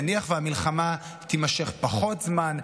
נניח שהמלחמה תימשך פחות זמן,